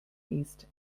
east